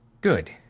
Good